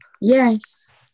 Yes